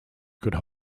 could